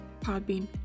Podbean